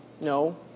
No